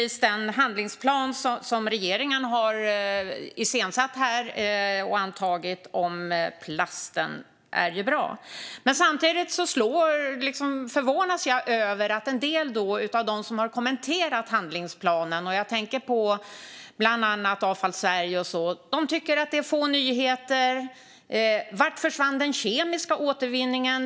Den handlingsplan som regeringen har antagit för plasten är naturligtvis också bra. Jag noterar dock att en del av dem som har kommenterat handlingsplanen - jag tänker bland annat på Avfall Sverige - tycker att det är få nyheter. Vart försvann till exempel den kemiska återvinningen?